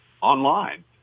online